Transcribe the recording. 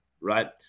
right